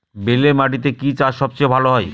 বেলে মাটিতে কি চাষ সবচেয়ে ভালো হয়?